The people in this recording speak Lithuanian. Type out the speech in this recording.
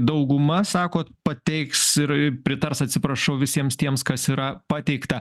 dauguma sakot pateiks ir pritars atsiprašau visiems tiems kas yra pateikta